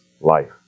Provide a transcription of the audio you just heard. life